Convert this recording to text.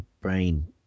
brain